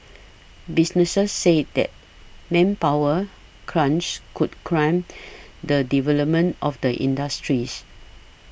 businesses said the manpower crunch could crimp the development of the industries